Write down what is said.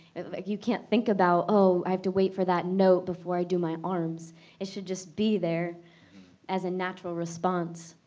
like you can't think about oh i have to wait for that note before i do my arms it should just be there as a natural response